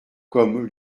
comme